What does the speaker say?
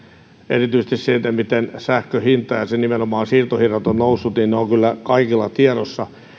erityisesti siitä miten sähkön hinta ja nimenomaan siirtohinnat ovat nousseet ovat kyllä kaikilla tiedossa